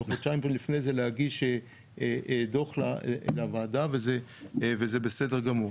וחודשיים לפני זה להגיש דוח לוועדה וזה בסדר גמור.